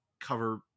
cover